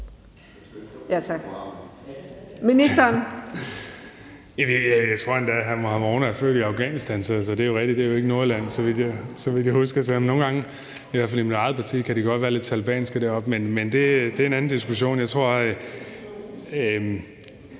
jeg tror endda, at hr. Mohammad Rona er født i Afghanistan. Så det er jo rigtigt, at det ikke er Nordjylland, så vidt jeg husker, selv om de deroppe nogle gange, i hvert fald i mit eget parti, godt kan være lidt talebanske. Men det er en anden diskussion. Hr.